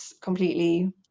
completely